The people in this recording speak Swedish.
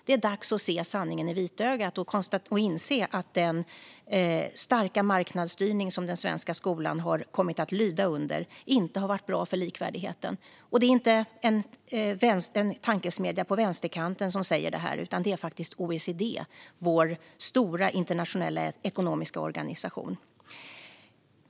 Det är dags att se sanningen i vitögat och inse att den starka marknadsstyrning som den svenska skolan har kommit att lyda under inte har varit bra för likvärdigheten. Det är inte en tankesmedja på vänsterkanten som säger detta utan OECD, vår stora internationella ekonomiska organisation.